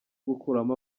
gukuramo